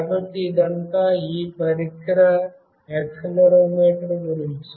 కాబట్టి ఇదంతా ఈ పరికర యాక్సిలెరోమీటర్ గురించి